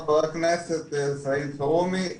חבר הכנסת סעיד אלחרומי,